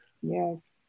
Yes